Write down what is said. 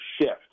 shift